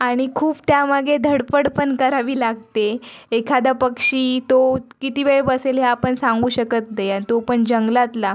आणि खूप त्यामागे धडपड पण करावी लागते एखादा पक्षी तो किती वेळ बसेल हे आपण सांगू शकत नाही आणि तो पण जंगलातला